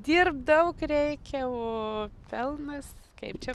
dirbt daug reikia o pelnas kaip čia